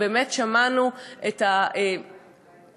ובאמת ראינו את הרצינות,